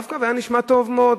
ה"רב-קו" נשמע טוב מאוד.